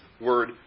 word